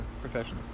professional